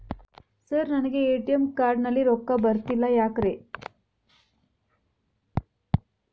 Sir ನನಗೆ ATM card ನಲ್ಲಿ ರೊಕ್ಕ ಬರತಿಲ್ಲ ಯಾಕ್ರೇ?